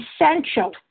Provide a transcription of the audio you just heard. Essential